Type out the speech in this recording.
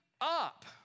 up